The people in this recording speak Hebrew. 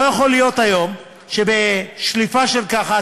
לא יכול להיות היום שבשליפה ככה,